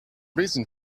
reason